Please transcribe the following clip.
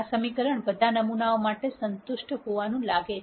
આ સમીકરણ બધા નમૂનાઓ માટે સંતુષ્ટ હોવાનું લાગે છે